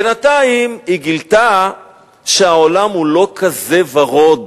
בינתיים היא גילתה שהעולם הוא לא כזה ורוד